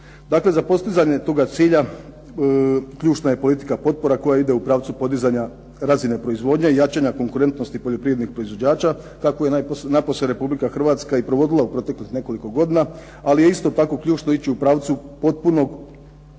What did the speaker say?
Dakle za postizanje toga cilja ključna je politika potpora koja ide u pravcu podizanja razine proizvodnje, i jačanja konkurentnosti poljoprivrednih proizvođača, kako je napose Republika Hrvatska i provodila u proteklih nekoliko godina, ali je isto tako ključno ići u pravcu postupnog